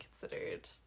considered